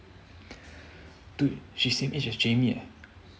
dude she's same age as jamie eh